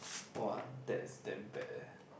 !wah! that's damn bad eh